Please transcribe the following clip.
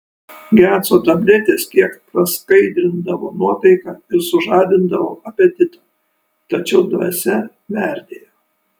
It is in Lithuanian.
geco tabletės kiek praskaidrindavo nuotaiką ir sužadindavo apetitą tačiau dvasia merdėjo